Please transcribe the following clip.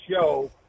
show